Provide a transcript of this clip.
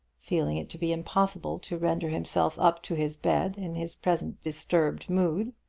feeling it to be impossible to render himself up to his bed in his present disturbed mood.